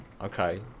Okay